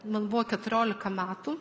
man buvo keturiolika metų